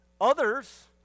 Others